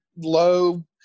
low